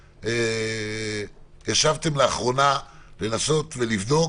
האם ישבתם לאחרונה לנסות ולבדוק